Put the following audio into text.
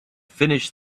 finished